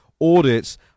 audits